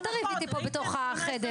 אל תריב איתי בתוך החדר,